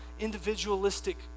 individualistic